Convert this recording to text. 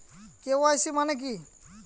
KYC মানে কী?